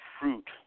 fruit